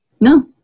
No